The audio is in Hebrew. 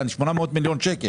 על 800 מיליון שקל.